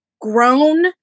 grown